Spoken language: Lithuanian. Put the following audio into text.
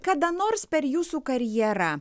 kada nors per jūsų karjerą